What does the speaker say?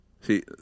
see